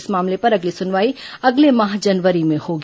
इस मामले पर अगली सुनवाई अगले माह जनवरी में होगी